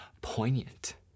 poignant